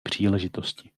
příležitosti